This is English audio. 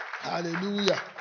Hallelujah